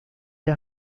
der